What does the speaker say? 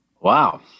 Wow